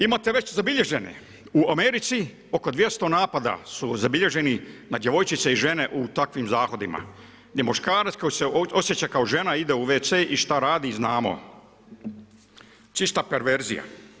Imate već zabilježene u Americi oko 200 napada su zabilježeni nad djevojčice i žene u takvim zahodima, gdje muškarac koji se osjeća kao žena ide u WC i šta radi znamo, čita perverzija.